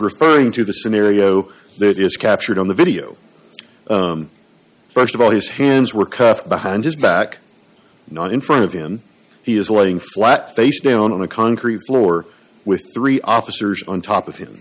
referring to the scenario that is captured on the video first of all his hands were cuffed behind his back not in front of him he was laying flat face down on the concrete floor with three officers on top of him